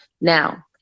Now